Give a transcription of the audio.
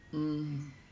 um